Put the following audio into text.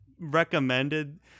recommended